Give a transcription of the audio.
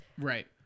right